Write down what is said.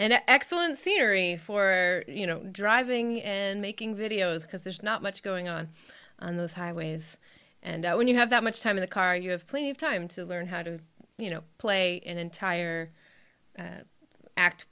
n excellent scenery for you know driving and making videos because there's not much going on on the highways and when you have that much time in the car you have plenty of time to learn how to you know play an entire